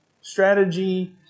strategy